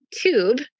tube